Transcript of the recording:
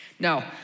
Now